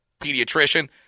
pediatrician